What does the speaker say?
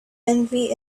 envy